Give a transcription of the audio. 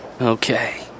Okay